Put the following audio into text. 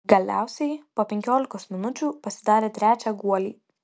galiausiai po penkiolikos minučių pasidarė trečią guolį